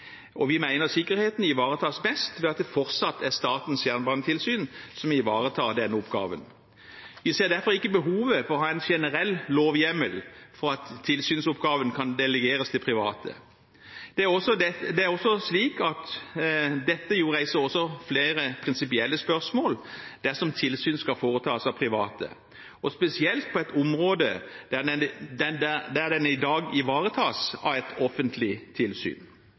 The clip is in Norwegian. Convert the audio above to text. og vi mener sikkerheten ivaretas best ved at det fortsatt er Statens jernbanetilsyn som ivaretar denne oppgaven. Vi ser derfor ikke behovet for å ha en generell lovhjemmel for at tilsynsoppgaven kan delegeres til private. Det er også slik at dette reiser flere prinsipielle spørsmål dersom tilsyn skal foretas av private, og spesielt på et område der det i dag ivaretas av et offentlig tilsyn.